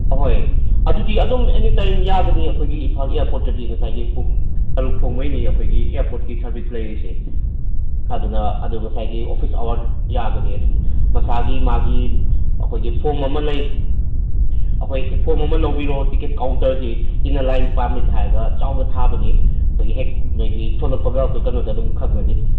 ꯑꯍꯣꯏ ꯑꯗꯨꯗꯤ ꯑꯗꯨꯝ ꯑꯦꯅꯤ ꯇꯥꯏꯝ ꯌꯥꯒꯅꯤ ꯑꯩꯈꯣꯏꯒꯤ ꯏꯝꯐꯥꯜ ꯑꯦꯌꯥꯔꯄꯣꯔꯠꯇꯗꯤ ꯉꯁꯥꯏꯒꯤ ꯄꯨꯡ ꯇꯔꯨꯛ ꯐꯧꯉꯩꯅꯤ ꯑꯩꯈꯣꯏꯒꯤ ꯑꯦꯌꯥꯔꯄꯣꯔꯠꯀꯤ ꯁꯥꯔꯚꯤꯁ ꯂꯩꯔꯤꯁꯦ ꯑꯗꯨꯅ ꯑꯗꯨ ꯉꯁꯥꯏꯒꯤ ꯑꯣꯐꯤꯁ ꯑꯋꯥꯔ ꯌꯥꯒꯅꯤ ꯑꯗꯨꯝ ꯃꯁꯥꯒꯤ ꯃꯥꯒꯤ ꯑꯩꯈꯣꯏꯒꯤ ꯐꯣꯔꯝ ꯑꯃ ꯂꯩ ꯑꯩꯈꯣꯏ ꯐꯣꯔꯝ ꯑꯃ ꯂꯧꯕꯤꯔꯣ ꯇꯤꯛꯀꯦꯠ ꯀꯥꯎꯟꯇꯔꯁꯤ ꯏꯟꯅꯔ ꯂꯥꯏꯟ ꯄꯥꯔꯃꯤꯠ ꯍꯥꯏꯔꯒ ꯆꯥꯎꯅ ꯊꯥꯕꯅꯤ ꯑꯩꯈꯣꯏꯒꯤ ꯍꯦꯛ ꯅꯣꯏꯒꯤ ꯊꯣꯂꯛꯄꯒ ꯑꯩꯈꯣꯏ ꯀꯩꯅꯣꯗ ꯑꯗꯨꯝ ꯈꯪꯒꯅꯤ